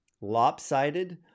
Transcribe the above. lopsided